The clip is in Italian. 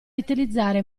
utilizzare